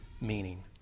meaning